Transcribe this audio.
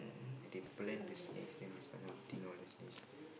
they blend the snakes then they some more eating all this nest